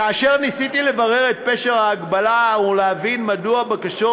כאשר ניסיתי לברר את פשר ההגבלה ולהבין מדוע בקשות